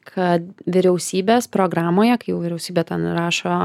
kad vyriausybės programoje kai jau vyriausybė ten rašo